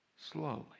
slowly